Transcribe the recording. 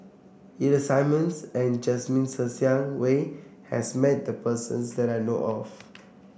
Ida Simmons and Jasmine Ser Xiang Wei has met the persons that I know of